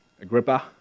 Agrippa